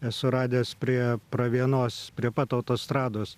esu radęs prie pravienos prie pat autostrados